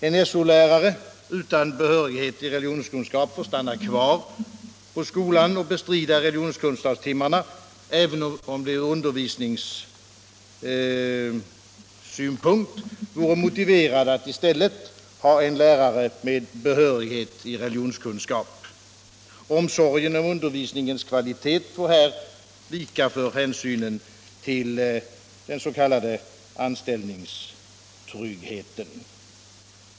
En So-lärare utan behörighet i religionskunskap får stanna kvar på skolan och bestrida religionskunskapstimmarna, även om det ur undervisningssynpunkt vore motiverat att i stället ha en lärare med behörighet i religionskunskap. Omsorgen om undervisningens kvalitet får här vika för hänsynen till den s.k. anställningstryggheten.